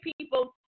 people